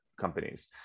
companies